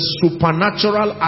supernatural